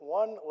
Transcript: one